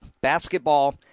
Basketball